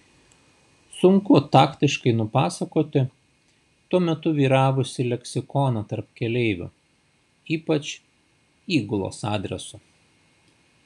sunku taktiškai nupasakoti tuo metu vyravusį leksikoną tarp keleivių ypač įgulos adresu